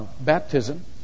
baptism